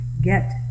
get